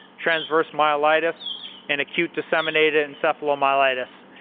transverse myelitis and acute disseminated encephalomyelitis.